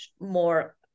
more